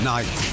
Night